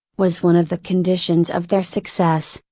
was one of the conditions of their success,